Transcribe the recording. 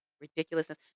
ridiculousness